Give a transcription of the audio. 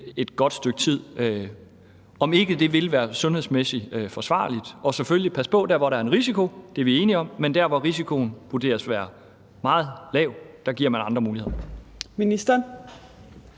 et godt stykke tid? Vil det ikke være sundhedsmæssigt forsvarligt? Selvfølgelig skal vi passe på der, hvor der er en risiko, det er vi enige om. Men der, hvor risikoen vurderes at være meget lav, giver man andre muligheder.